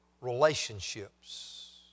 relationships